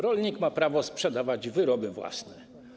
Rolnik ma prawo sprzedawać wyroby własne.